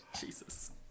Jesus